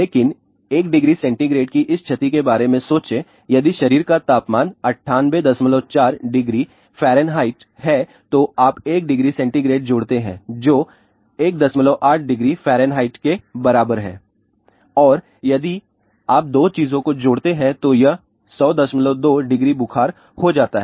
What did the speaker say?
लेकिन एक degree centigrade की इस क्षति के बारे में सोचें यदि शरीर का तापमान 984 डिग्री फ़ारेनहाइट है तो आप 1 डिग्री सेंटीग्रेड जोड़ते हैं जो 18 डिग्री फ़ारेनहाइट के बराबर है और यदि आप दो चीजों को जोड़ते हैं तो यह 1002 डिग्री बुखार हो जाता है